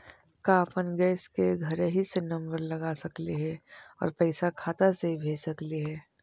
का अपन गैस के घरही से नम्बर लगा सकली हे और पैसा खाता से ही भेज सकली हे?